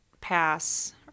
pass